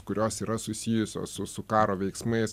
kurios yra susijusios su karo veiksmais